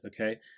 okay